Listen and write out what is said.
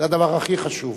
זה הדבר הכי חשוב.